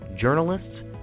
journalists